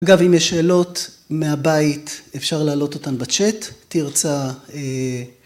אגב, אם יש שאלות מהבית, אפשר להעלות אותן בצ'אט, תרצה...